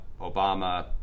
Obama